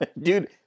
Dude